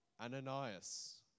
Ananias